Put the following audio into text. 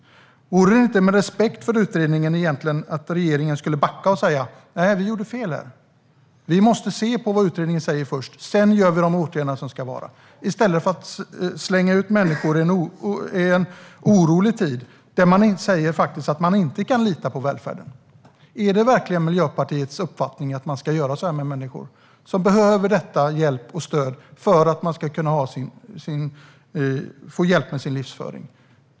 Vore det inte respektfullt mot utredningen att backa? Borde inte regeringen säga "Nej, vi gjorde fel här. Vi måste först se vad utredningen säger. Sedan gör vi de åtgärder som ska göras" i stället för att slänga ut människor i en orolig tid och säga att man inte kan lita på välfärden? Är det verkligen Miljöpartiets uppfattning att man ska göra så här med människor som behöver stöd och hjälp med sin livsföring?